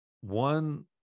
one